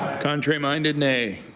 contrary-minded nay.